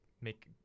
make